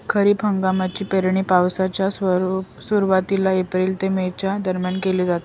खरीप पिकांची पेरणी पावसाच्या सुरुवातीला एप्रिल ते मे च्या दरम्यान केली जाते